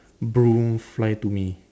broom fly to me